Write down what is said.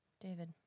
David